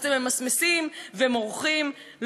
אז אתם ממסמסים ומורחים,